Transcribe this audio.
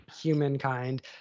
humankind